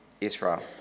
Israel